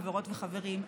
חברות וחברים.